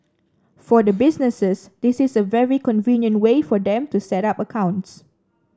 for the businesses this is a very convenient way for them to set up accounts